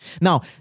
Now